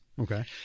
Okay